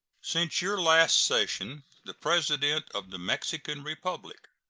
since your last session the president of the mexican republic,